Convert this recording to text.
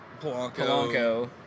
Polanco